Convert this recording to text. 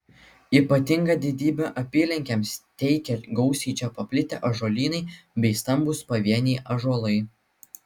ypatingą didybę apylinkėms teikia gausiai čia paplitę ąžuolynai bei stambūs pavieniai ąžuolai